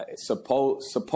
supposed